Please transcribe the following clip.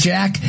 Jack